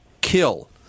Kill